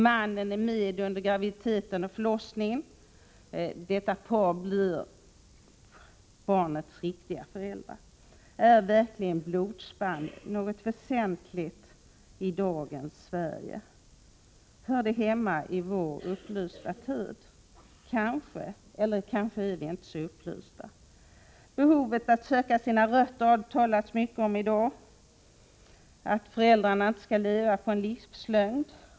Mannen är med under graviditet och förlossning. Detta par blir barnets riktiga föräldrar. Är verkligen det här med blodsband någonting väsentligt i dagens Sverige? Hör någonting sådant hemma i vår upplysta tid? Kanske. Eller är det så att vi kanske inte är särskilt upplysta? I dagens debatt har man talat mycket om behovet av att ”söka sina rötter”. Vidare har här talats om att föräldrarna inte skall ”leva på en livslögn”.